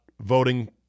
voting